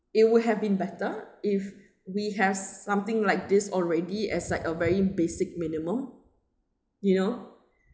it would have been better if we have something like this already as like a very basic minimal you know